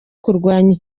kurwanya